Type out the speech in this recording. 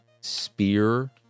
spear